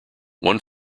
one